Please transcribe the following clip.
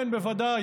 כן, בוודאי.